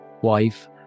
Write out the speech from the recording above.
wife